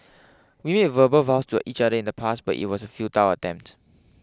we made verbal vows to each other in the past but it was a futile attempt